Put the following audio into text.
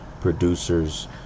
producers